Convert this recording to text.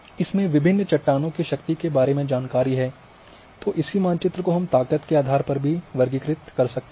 इसमें विभिन्न चट्टानों की शक्ति के बारे में जानकारी है तो इसी मानचित्र को हम ताकत के आधार पर भी वर्गीकृत कर सकते हैं